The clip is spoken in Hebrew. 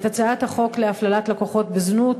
את הצעת החוק להפללת לקוחות בזנות,